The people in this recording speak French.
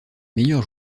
meilleurs